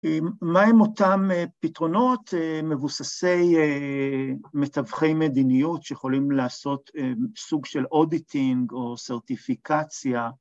מהם אותם פתרונות מבוססי מתווכי מדיניות שיכולים לעשות סוג של אודיטינג או סרטיפיקציה?